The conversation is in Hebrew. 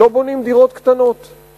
לא בונים דירות קטנות,